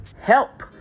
help